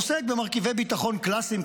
עוסק במרכיבי ביטחון קלסאיים,